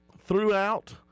throughout